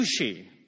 sushi